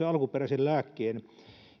alkuperäisen lääkkeen